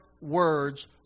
words